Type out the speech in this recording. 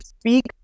speak